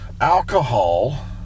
alcohol